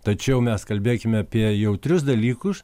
tačiau mes kalbėkime apie jautrius dalykus